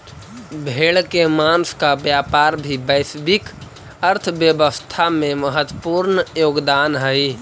भेड़ के माँस का व्यापार भी वैश्विक अर्थव्यवस्था में महत्त्वपूर्ण योगदान हई